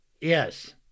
Yes